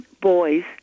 Boys